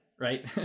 Right